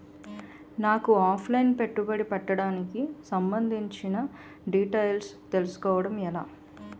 నాకు offline పెట్టుబడి పెట్టడానికి సంబందించిన డీటైల్స్ తెలుసుకోవడం ఎలా?